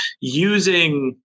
Using